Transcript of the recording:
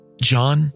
John